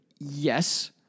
Yes